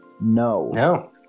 No